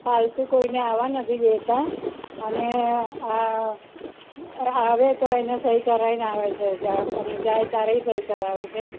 ફાલતુ કોઈને આવવા નથી દેતાં અને આવે તો એને સહી કરાઈને આવે છે જા અને જાય ત્યારેય સહી કરાવે છે